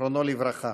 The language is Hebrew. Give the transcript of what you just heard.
זיכרונו לברכה.